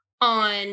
on